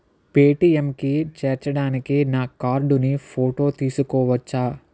Paytm కి చేర్చడానికి నా కార్డు ని ఫోటో తీసుకోవచ్చా